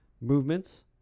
movements